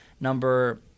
Number